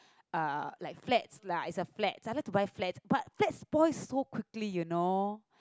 uh like flat lah is a flat I like to buy flat but flat spoil so quickly you know